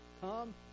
come